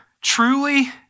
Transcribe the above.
Truly